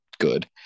good